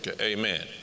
Amen